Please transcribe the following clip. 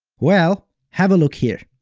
well, have a look here.